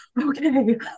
okay